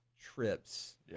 trips